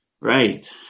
Right